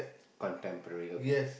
contemporary okay